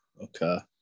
okay